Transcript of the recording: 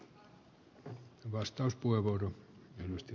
arvoisa herra puhemies